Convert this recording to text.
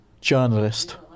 journalist